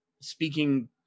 speaking